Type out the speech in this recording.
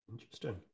Interesting